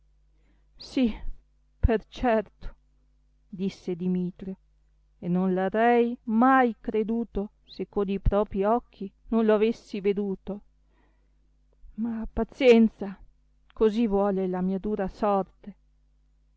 sì per certo disse dimitrio e non l'arrei mai creduto se con i propi occhi non lo avessi veduto ma pazienza così vuole la mia dura sorte